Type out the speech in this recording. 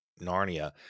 Narnia